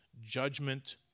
judgment